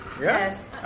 yes